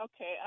okay